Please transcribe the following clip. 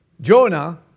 Jonah